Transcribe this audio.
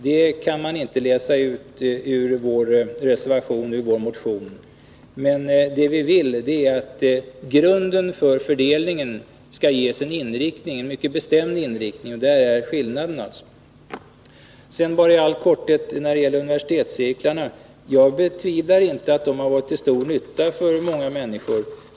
Detta kan man inte läsa ut vare sig ur vår motion eller ur vår reservation. Vad vi vill är att grunden för fördelningen skall ges en mycket bestämd inriktning. Sedani all korthet när det gäller universitetscirklarna. Jag betvivlar inte att dessa har varit till stor nytta för många människor.